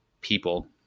people